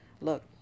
Look